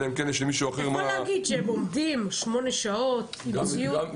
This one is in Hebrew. אתה יכול להגיד שהם עומדים שעות עם ציוד.